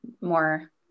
more